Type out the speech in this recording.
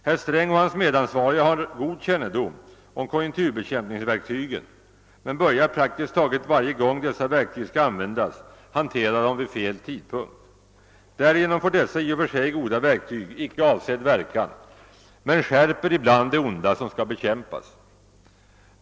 Herr Sträng och hans medansvariga har god kännedom om konjunkturbekämpningsverktygen, men börjar praktiskt taget varje gång dessa verktyg skall användas hantera dem vid fel tidpunkt. Därigenom får dessa i och för sig goda verktyg icke avsedd verkan, men skärper ibland det onda som skall bekämpas.